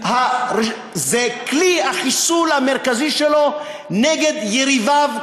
זה כלי החיסול המרכזי שלו נגד יריביו,